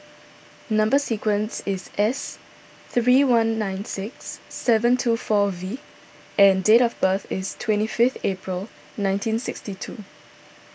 Number Sequence is S three one nine six seven two four V and date of birth is twenty fifth April nineteen sixty two